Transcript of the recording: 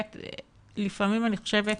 לפעמים אני חושבת